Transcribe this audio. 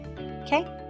Okay